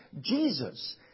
Jesus